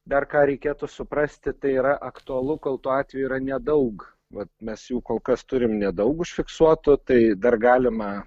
dar ką reikėtų suprasti tai yra aktualu kol tų atvejų yra nedaug vat mes jų kol kas turim nedaug užfiksuotų tai dar galima